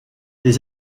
des